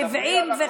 שני אחים נרצחו.